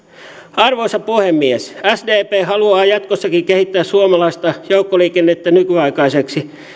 arvoisa puhemies sdp haluaa jatkossakin kehittää suomalaista joukkoliikennettä nykyaikaiseksi